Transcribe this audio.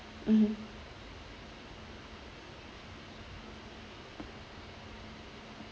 mmhmm